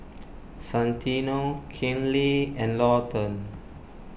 Santino Kinley and Lawton